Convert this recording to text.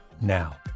now